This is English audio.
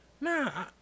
Nah